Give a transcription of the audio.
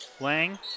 Lang